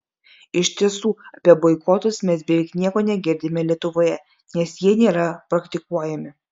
iš tiesų apie boikotus mes beveik nieko negirdime lietuvoje nes jie nėra praktikuojami